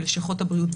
בלשכות הבריאות,